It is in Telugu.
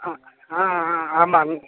ఆమా